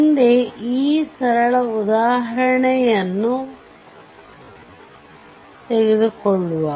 ಮುಂದೆ ಈ ಸರಳ ಉದಾಹರಣೆಯನ್ನು ತೆಗೆದುಕೊಳ್ಳುವ